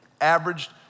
averaged